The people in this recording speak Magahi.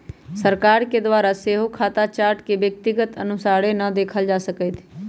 सरकार के द्वारा सेहो खता चार्ट के व्यक्तिगत अनुसारे न देखल जा सकैत हइ